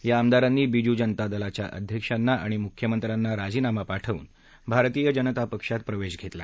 या आमदारांनी बिजू जनता दलाच्या अध्यक्षांना आणि मुख्यमंत्र्यांना राजीनामा पाठवून भारतीय जनता पक्षात प्रवेश घेतला